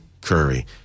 Curry